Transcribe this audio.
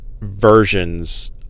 versions